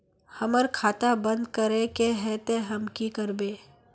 हमर खाता बंद करे के है ते हम की करबे?